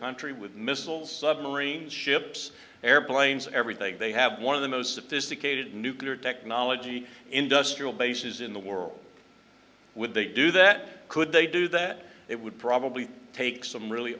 country with missiles ships airplanes everything they have one of the most sophisticated nuclear technology industrial bases in the world would they do that could they do that it would probably take some really